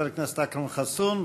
חבר הכנסת אכרם חסון,